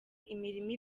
imirima